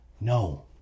no